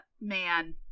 man